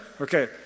Okay